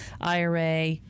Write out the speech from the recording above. IRA